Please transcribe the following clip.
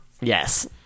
yes